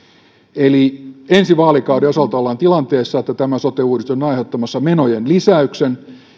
eli ensi vaalikauden osalta ollaan tilanteessa että tämä sote uudistus on aiheuttamassa menojen lisäyksen